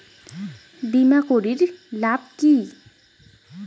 বিমা করির লাভ কি?